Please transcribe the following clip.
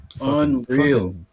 Unreal